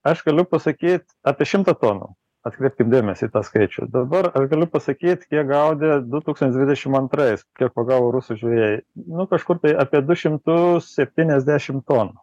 aš galiu pasakyt apie šimtą tonų atkreipkit dėmesį į tą skaičių dabar ar galiu pasakyt kiek gaudavė du tūkstančiai dvidešim antrais kiek pagavo rusų žvejai nu kažkur apie du šimtus septyniasdešim tonų